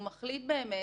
הוא מחליט באמת